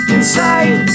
Inside